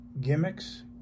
gimmicks